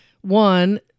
one